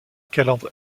calandre